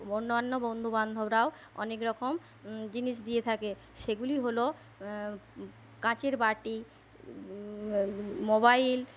অন্যান্য বন্ধুবান্ধবরাও অনেকরকম জিনিস দিয়ে থাকে সেগুলি হল কাঁচের বাটি মোবাইল